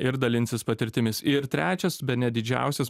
ir dalinsis patirtimis ir trečias bene didžiausias